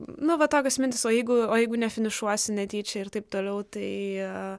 na va tokios mintys o jeigu o jeigu nefinišuosi netyčia ir taip toliau tai